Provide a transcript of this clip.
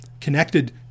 connected